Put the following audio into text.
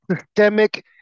systemic